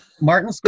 Martin